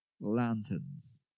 lanterns